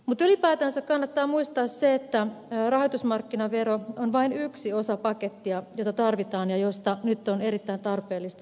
mutta ylipäätänsä kannattaa muistaa se että rahoitusmarkkinavero on vain yksi osa pakettia jota tarvitaan ja josta nyt on erittäin tarpeellista puhua